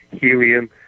helium